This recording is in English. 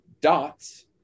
dots